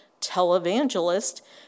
televangelist